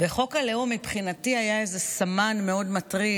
וחוק הלאום, מבחינתי, היה איזה סמן מאוד מטריד.